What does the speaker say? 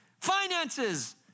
finances